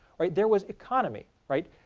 right? there was economy, right?